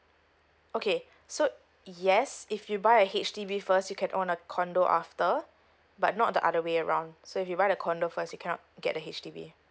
okay so yes if you buy a H_D_B first you can own a condo after but not the other way round so if you buy a condo first you cannot get a H_D_B